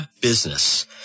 business